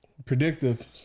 Predictive